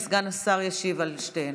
וסגן השר ישיב על שתיהן.